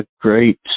great